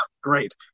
great